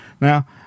Now